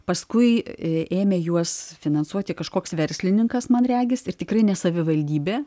paskui ėmė juos finansuoti kažkoks verslininkas man regis ir tikrai ne savivaldybė